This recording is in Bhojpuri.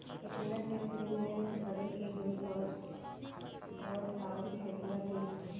केतना के प्रीमियम भरे के होई और आऊर केतना दिन पर?